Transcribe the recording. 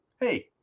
hey